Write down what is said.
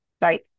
right